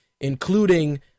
including